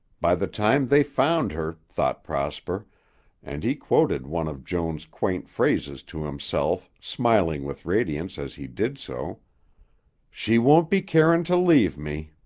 by the time they found her, thought prosper and he quoted one of joan's quaint phrases to himself, smiling with radiance as he did so she won't be carin' to leave me.